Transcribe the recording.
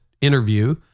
interview